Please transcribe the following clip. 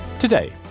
Today